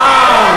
אה,